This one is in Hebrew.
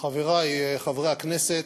חברי חברי הכנסת,